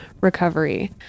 recovery